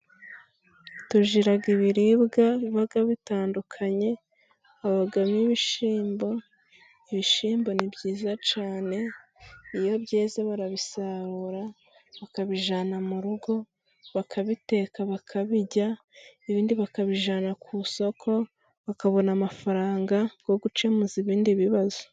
Tugira ibiribwa biba bitandukanye. Habamo ibishimbo. Ibishimbo ni byiza cyane. Iyo byeze barabisarura, bakabijyana mu rugo, bakabiteka bakabirya, ibindi bakabijyana ku isoko bakabona amafaranga yo gukemuza ibindi bibazo.